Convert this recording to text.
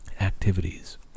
activities